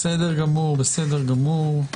אני מבין שנמצאת איתנו ב-זום נעמה ממשרד המשפטים שביקשה